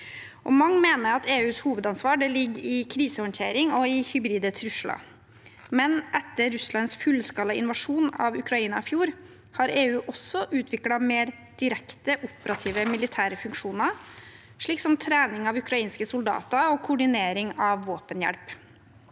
Mange mener at EUs hovedansvar ligger i krisehåndtering og i hybride trusler, men etter Russlands fullskala invasjon av Ukraina i fjor har EU også utviklet mer direkte operative militære funksjoner, slik som trening av ukrainske soldater og koordinering av våpenhjelp.